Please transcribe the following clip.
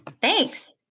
Thanks